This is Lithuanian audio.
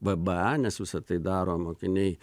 vbe nes visa tai daro mokiniai